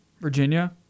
Virginia